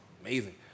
amazing